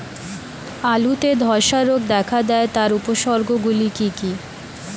আলুতে ধ্বসা রোগ দেখা দেয় তার উপসর্গগুলি কি কি?